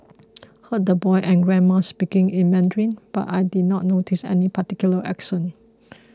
heard the boy and grandma speaking in Mandarin but I did not notice any particular accent